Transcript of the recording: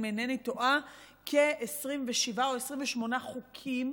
אם אינני טועה27 או 28 חוקים,